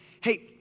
Hey